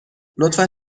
لطفا